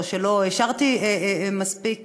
או שלא השארתי מספיק,